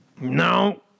No